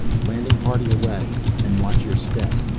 landing party away and watch your step.